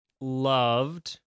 loved